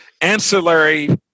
ancillary